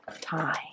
time